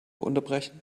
unterbrechen